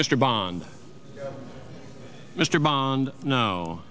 mr bond mr bond no